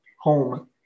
home